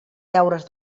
deures